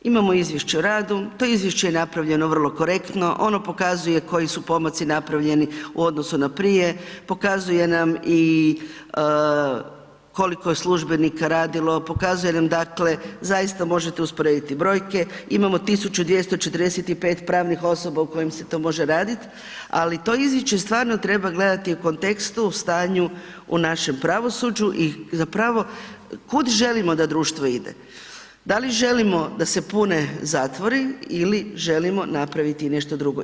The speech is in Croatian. Imamo izvješće o radu, to je izvješće je napravljeno vrlo korektno, ono pokazuje koji su pomaci napravljeni u odnosu na prije, pokazuje nam i koliko je službenika radilo, pokazuje nam dakle, zaista možete usporediti brojke, imamo 1245 pravnih osoba u kojima se to može raditi ali to izvješće stvarno treba gledati u kontekstu, o stanju u našem pravosuđu i zapravo kud želimo da društvo ide, da li želimo da se pune zatvori ili želimo napraviti nešto drugo.